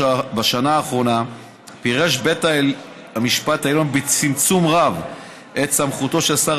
בשנה האחרונה פירש בית המשפט העליון בצמצום רב את סמכותו של שר